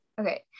Okay